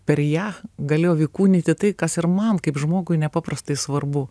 per ją galėjau įkūnyti tai kas ir man kaip žmogui nepaprastai svarbu